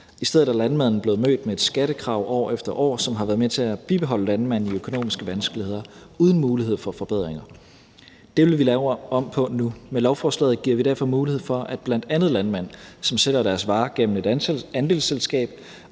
I stedet er landmanden blevet mødt med et skattekrav år efter år, som har været med til at bibeholde landmanden i økonomiske vanskeligheder uden mulighed for forbedringer. Det vil vi lave om på nu. Med lovforslaget giver vi derfor mulighed for, at bl.a. landmænd, som sælger deres varer gennem et andelsselskab,